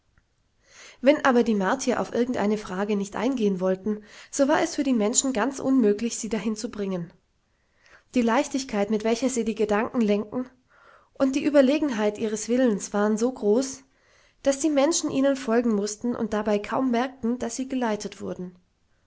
wenn aber die martier auf irgendeine frage nicht eingehen wollten so war es für die menschen ganz unmöglich sie dahin zu bringen die leichtigkeit mit welcher sie die gedanken lenkten und die überlegenheit ihres willens waren so groß daß die menschen ihnen folgen mußten und dabei kaum merkten daß sie geleitet wurden